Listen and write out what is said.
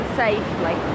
safely